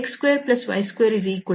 x2y29 ಈ ವೃತ್ತದ ತ್ರಿಜ್ಯ 3